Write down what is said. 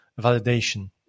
validation